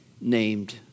named